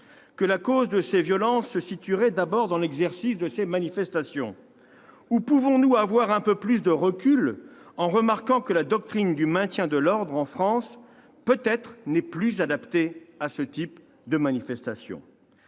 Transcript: que la cause de ces violences se situerait d'abord dans l'exercice de ces manifestations ? Ou pouvons-nous avoir un peu plus de recul, en remarquant que la doctrine du maintien de l'ordre en France n'est peut-être plus adaptée à ce type de manifestations ?